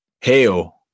hail